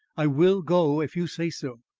i will go if you say so.